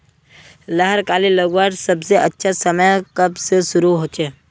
लहर कली लगवार सबसे अच्छा समय कब से शुरू होचए?